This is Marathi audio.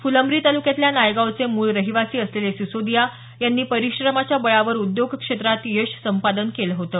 फुलंब्री तालुक्यातल्या नायगावचे मूळ रहिवासी असलेले सिसोदिया यांनी परिश्रमाच्या बळावर उद्योग क्षेत्रात यश संपादन केलं होतं